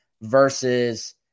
versus